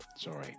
Sorry